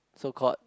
so called